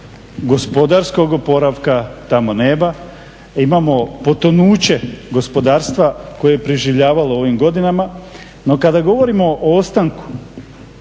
gospodarskog oporavka tamo nema, imamo potonuće gospodarstva koje je preživljavalo u ovim godinama. No, kada govorimo o ostanku,